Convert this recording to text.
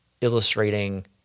illustrating